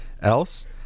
else